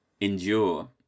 endure